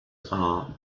are